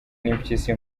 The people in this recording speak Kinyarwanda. n’impyisi